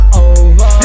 over